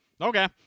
Okay